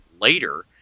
later